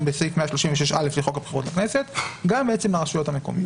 בסעיף 136א של חוק הבחירות לכנסת גם לרשויות המקומיות.